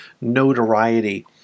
notoriety